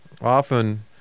often